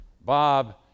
Bob